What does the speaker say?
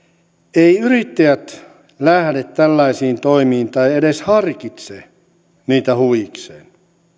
eivät yrittäjät lähde tällaisiin toimiin tai edes harkitse niitä huvikseen